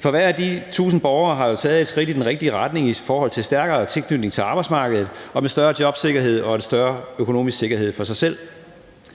For hver af de 1.000 borgere har jo taget et skridt i den rigtige retning i forhold til en stærkere tilknytning til arbejdsmarkedet og en større jobsikkerhed og en større økonomisk sikkerhed for sig selv.